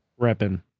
repping